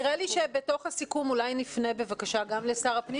שבתוך הסיכום אולי נפנה בבקשה גם לשר הפנים